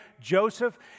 Joseph